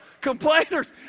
Complainers